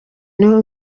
n’uyu